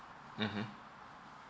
mmhmm